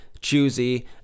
choosy